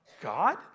God